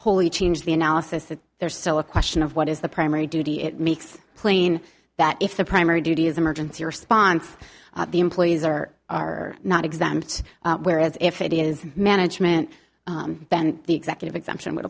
wholly change the analysis that there's still a question of what is the primary duty it makes plain that if the primary duty is emergency response the employees are are not exempt whereas if it is management bend the executive exemption would